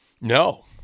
No